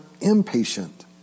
impatient